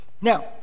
now